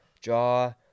jaw